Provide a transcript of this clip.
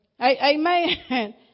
Amen